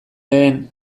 lehen